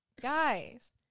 guys